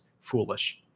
foolish